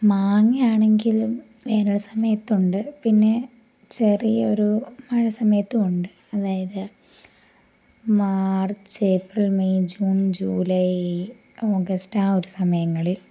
മാങ്ങേ ആണെങ്കിലും വേനൽ സമയത്തുണ്ട് പിന്നെ ചെറിയ ഒരു മഴ സമയത്തുണ്ട് അതായത് March April May June July August ആ ഒരു സമയങ്ങളിൽ